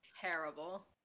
Terrible